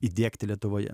įdiegti lietuvoje